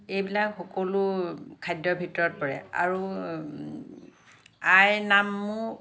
এইবিলাক সকলো খাদ্যৰ ভিতৰত পৰে আৰু আই নামো